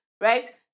right